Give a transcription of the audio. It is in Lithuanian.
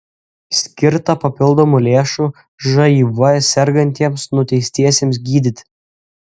skirta papildomų lėšų živ sergantiems nuteistiesiems gydyti